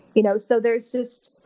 you know so there's just,